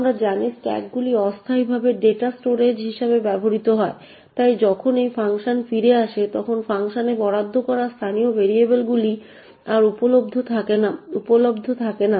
আমরা জানি স্ট্যাকগুলি অস্থায়ী ডেটা স্টোরেজ হিসাবে ব্যবহৃত হয় তাই যখনই একটি ফাংশন ফিরে আসে তখন ফাংশনে বরাদ্দ করা স্থানীয় ভেরিয়েবলগুলির আর উপলব্ধ থাকে না